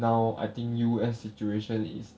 now I think U_S situation is